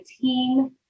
team